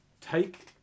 take